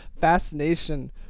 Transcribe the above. fascination